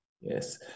Yes